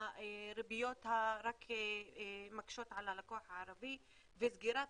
הריביות רק מקשות על הלקוח הערבי וסגירת